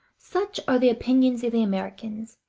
such are the opinions of the americans,